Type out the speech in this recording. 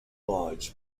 lodge